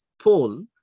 poll